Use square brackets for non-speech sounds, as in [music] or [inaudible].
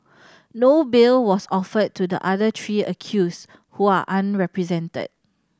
[noise] no bail was offered to the other three accused who are unrepresented